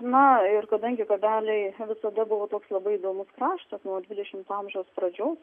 na ir kadangi kabeliai visada buvo toks labai įdomus kraštas nuo dvidešimto amžiaus pradžios